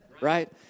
right